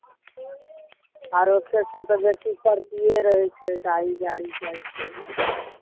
आरो खेतसभ तऽ बेसी परतिए रहै छै दाही जारी जाइ छै